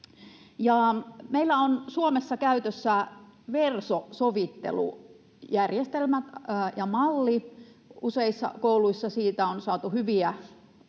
Meillä on Suomessa käytössä verso-sovittelujärjestelmä ja ‑malli. Useissa kouluissa siitä on saatu hyviä